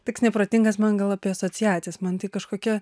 tik neprotingas man gal apie asociacijas man tai kažkokia